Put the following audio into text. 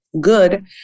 good